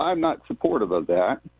um not supportive of that.